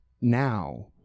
Now